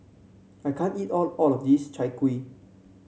I can't eat all all of this Chai Kuih